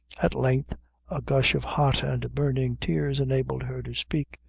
at length a gush of hot and burning tears enabled her to speak,